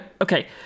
okay